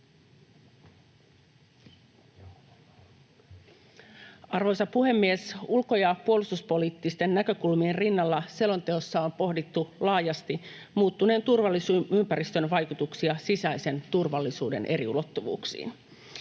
Arvoisa puhemies! Ulko- ja puolustuspoliittisten näkökulmien rinnalla selonteossa on pohdittu laajasti muuttuneen turvallisuusympäristön vaikutuksia sisäisen turvallisuuden eri ulottuvuuksiin.